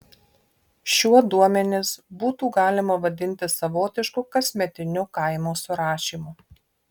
šiuo duomenis būtų galima vadinti savotišku kasmetiniu kaimo surašymu